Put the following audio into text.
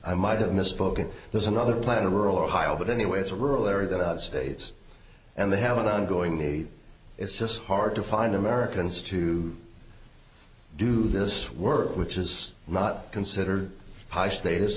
i might have misspoken there's another plan to rural ohio but anyway it's a rural area that i have states and they have an ongoing need it's just hard to find americans to do this work which is not considered high status